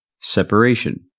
separation